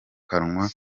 kanwa